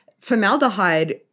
formaldehyde